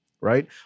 right